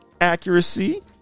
Accuracy